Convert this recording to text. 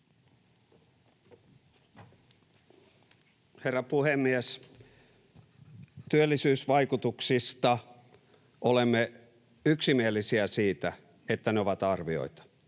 Herra puhemies! Työllisyysvaikutuksista olemme yksimielisiä siinä, että ne ovat arvioita,